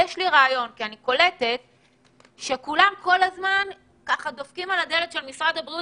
אני קולטת שכולם דופקים על הדלת של משרד הבריאות